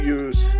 use